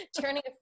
Turning